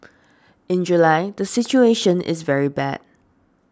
in July the situation is very bad